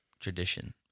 tradition